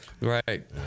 Right